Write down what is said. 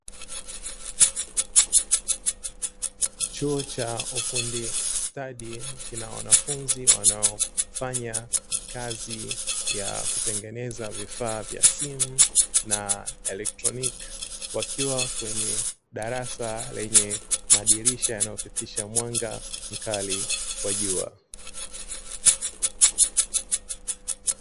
Chuo cha ufundi stadi kina wanafunzi wanaofanya kazi ya kutengeneza vifaa vya simu na elektroniki. Wakiwa kwenye darasa lenye madirisha linalopitisha mwanga mkali wa jua.